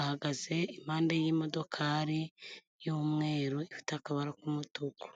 ahagaze impande y'imodokari y'umweru ifite akabaro k'umutuku.